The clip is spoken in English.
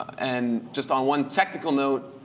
and, just on one technical note,